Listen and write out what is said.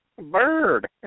Bird